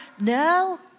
No